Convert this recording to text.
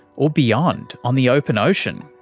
or beyond, on the open ocean?